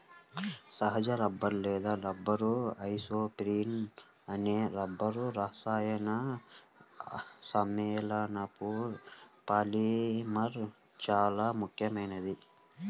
సహజ రబ్బరు లేదా rubber isoprene అనే కర్బన రసాయన సమ్మేళనపు పాలిమర్ చాలా ముఖ్యమైనది